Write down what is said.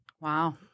Wow